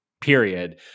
period